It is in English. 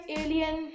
alien